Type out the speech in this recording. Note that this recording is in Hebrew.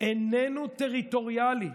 איננו טריטוריאלי,